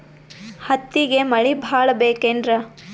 ಹತ್ತಿಗೆ ಮಳಿ ಭಾಳ ಬೇಕೆನ್ರ?